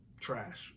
trash